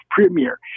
premier